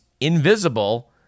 invisible